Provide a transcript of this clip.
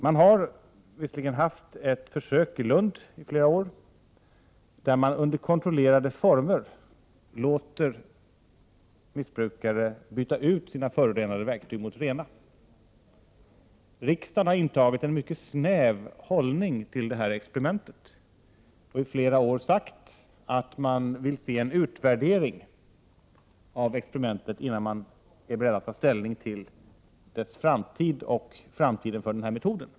Man har visserligen haft ett försök i Lund i flera år, där man under kontrollerade former låter missbrukare byta ut sina förorenade verktyg mot rena. Men riksdagen har intagit en mycket snäv hållning till detta experiment och i flera år sagt att man vill se en utvärdering av experimentet innan man är beredd att ta ställning till dess framtid och framtiden för denna metod.